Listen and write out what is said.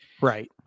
Right